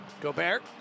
Gobert